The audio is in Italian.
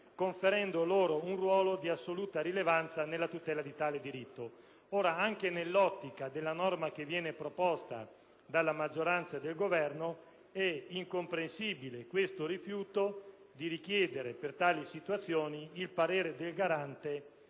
conferendo loro un ruolo di assoluta rilevanza nella tutela di tale diritto. Ora, anche nell'ottica della norma che viene proposta dalla maggioranza e dal Governo, è incomprensibile questo rifiuto di richiedere, per tali situazioni, il parere del Garante